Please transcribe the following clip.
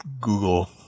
Google